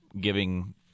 giving